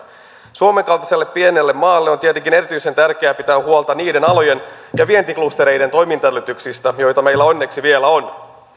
suomen kaltaiselle pienelle maalle on tietenkin erityisen tärkeää pitää huolta niiden alojen ja vientiklustereiden toimintaedellytyksistä joita meillä onneksi vielä on